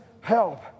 help